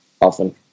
often